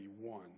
one